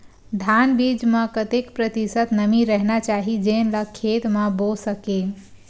धान बीज म कतेक प्रतिशत नमी रहना चाही जेन ला खेत म बो सके?